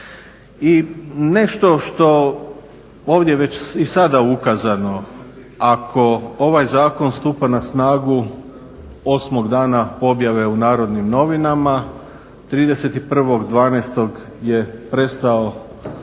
I nešto što je ovdje već i sada ukazano ako ovaj zakon stupa na snagu 8 dana objave u Narodnim novinama 31.12. je prestao